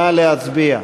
נא להצביע.